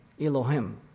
Elohim